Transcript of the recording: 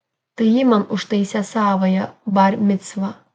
tai ji man užtaisė savąją bar micvą